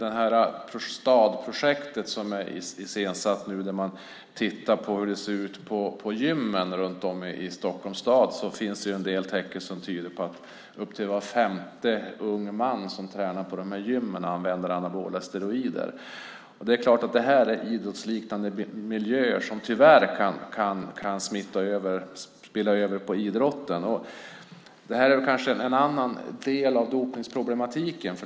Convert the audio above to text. Enligt STAD-projektet, som är iscensatt nu, där man tittar på hur det ser ut på gymmen runt om i Stockholms stad, finns det en del tecken som tyder på att upp till var femte ung man som tränar på de här gymmen använder anabola steroider. Det är klart att det här är idrottsliknande miljöer som tyvärr kan spilla över på idrotten. Det här kanske är en annan del av dopningsproblematiken.